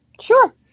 Sure